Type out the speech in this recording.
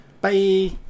Bye